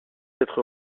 être